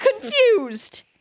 confused